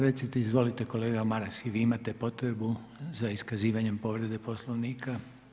Recite, izvolite kolega Maras i vi imate potrebu za iskazivanjem povrede Poslovnika.